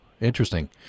interesting